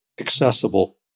accessible